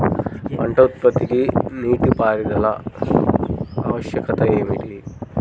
పంట ఉత్పత్తికి నీటిపారుదల ఆవశ్యకత ఏమిటీ?